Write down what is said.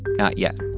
not yet